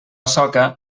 soca